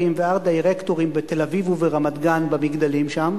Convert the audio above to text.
ולארט-דירקטורים בתל-אביב וברמת-גן במגדלים שם,